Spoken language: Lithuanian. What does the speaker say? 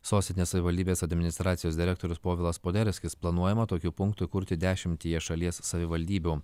sostinės savivaldybės administracijos direktorius povilas poderskis planuojama tokių punktų įkurti dešimtyje šalies savivaldybių